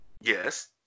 Yes